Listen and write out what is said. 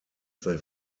they